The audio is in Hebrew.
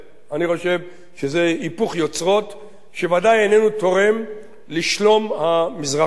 אני חושב שזה היפוך יוצרות שוודאי איננו תורם לשלום המזרח התיכון.